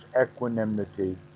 equanimity